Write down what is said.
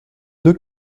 deux